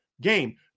game